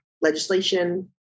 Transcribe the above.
legislation